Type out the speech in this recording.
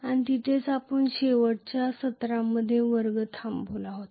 आणि तिथेच आपण शेवटच्या सत्रामध्ये वर्ग थांबविला होता